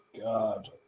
God